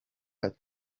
had